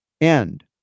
end